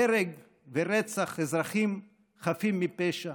הרג ורצח אזרחים חפים מפשע,